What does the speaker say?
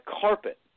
carpet